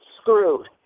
Screwed